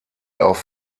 auf